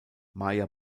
maja